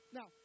Now